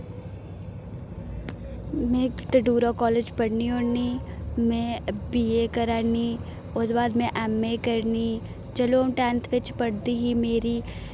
में टडुरा कालेज पढ़नी होन्नी में बीए करै नी ओह्दे बाद में ऐम्मए करनी चलो अ'ऊं टेंथ बिच पढ़दी ही मेरी